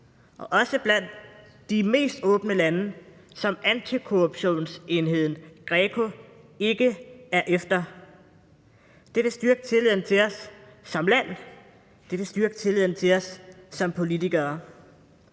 også blandt de mest åbne lande, som antikorruptionsenheden Greco ikke er efter. Det vil styrke tilliden til os som land, det vil styrke tilliden til os som politikere.